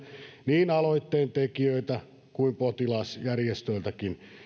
niin aloitteen tekijöiltä kuin potilasjärjestöiltäkin